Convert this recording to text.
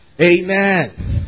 Amen